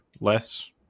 less